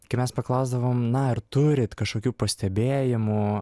kai mes paklausdavom na ar turit kažkokių pastebėjimų